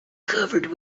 covered